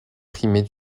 primés